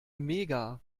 mega